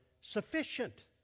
sufficient